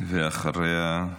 אחריה,